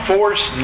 Force